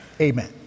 Amen